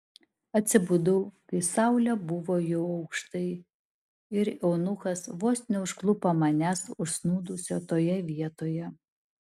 atsibudau kai saulė buvo jau aukštai ir eunuchas vos neužklupo manęs užsnūdusio toje vietoje